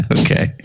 Okay